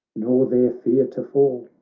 nor there fear to fall!